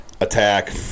attack